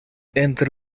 entre